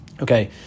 Okay